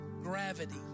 gravity